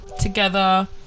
together